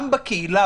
גם בקהילה.